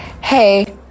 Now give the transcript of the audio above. hey